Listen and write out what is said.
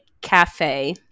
Cafe